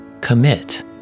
Commit